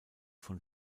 von